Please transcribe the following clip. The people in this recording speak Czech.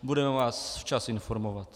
Budeme vás včas informovat.